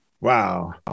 Wow